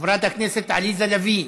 חברת הכנסת עליזה לביא,